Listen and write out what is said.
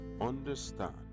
understand